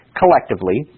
collectively